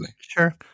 Sure